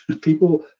People